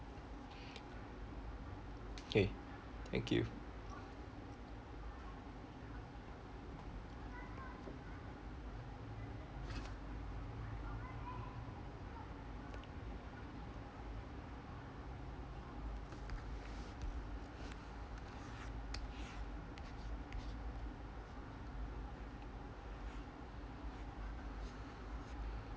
okay thank you